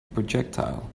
projectile